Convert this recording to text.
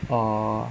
err